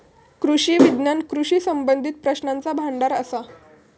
कृषी विज्ञान कृषी संबंधीत प्रश्नांचा भांडार असा